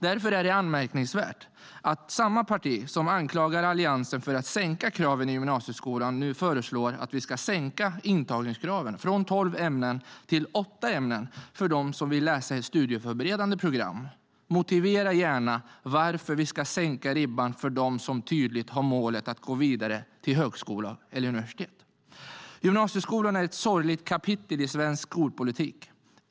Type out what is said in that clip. Därför är det anmärkningsvärt att samma parti som anklagar Alliansen för att sänka kraven i gymnasieskolan nu föreslår att vi ska sänka intagningskraven från godkända betyg i tolv ämnen till åtta ämnen för dem som vill läsa ett studieförberedande program. Motivera gärna varför vi ska sänka ribban för dem som tydligt har målet att gå vidare till högskola eller universitet. Gymnasieskolan är ett sorgligt kapitel i svensk skolpolitik.